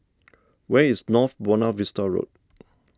where is North Buona Vista Road